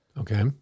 Okay